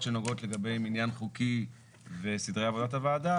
שנוגעות לגבי מניין חוקי וסדרי עבודת הוועדה,